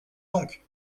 donc